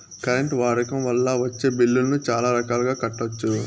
current వాడకం వల్ల వచ్చే బిల్లులను చాలా రకాలుగా కట్టొచ్చు